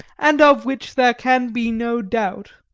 and of which there can be no doubt.